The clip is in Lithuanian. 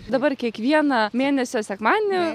dabar kiekvieną mėnesio sekmadienį